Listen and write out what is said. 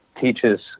teaches